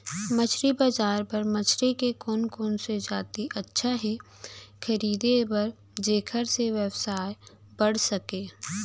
मछली बजार बर मछली के कोन कोन से जाति अच्छा हे खरीदे बर जेकर से व्यवसाय बढ़ सके?